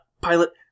pilot